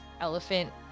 elephant